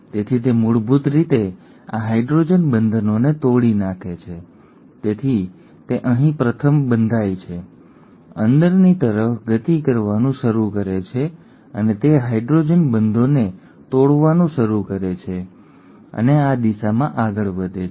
તેથી તે મૂળભૂત રીતે આ હાઇડ્રોજન બંધનોને તોડી નાખે છે તેથી તે અહીં પ્રથમ બંધાય છે અંદરની તરફ ગતિ કરવાનું શરૂ કરે છે અને તે હાઇડ્રોજન બંધોને તોડવાનું શરૂ કરે છે અને આ દિશામાં આગળ વધે છે